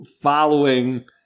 following